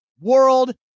world